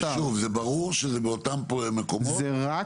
זה רק